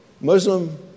Muslim